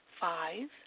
Five